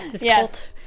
yes